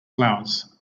flowers